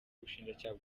ubushinjacyaha